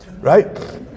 Right